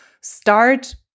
start